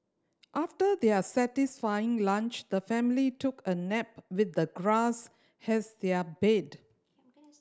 after their satisfying lunch the family took a nap with the grass has their bed